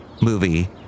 movie